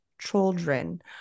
children